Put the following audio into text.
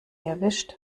erwischt